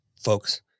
folks